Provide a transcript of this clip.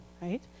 right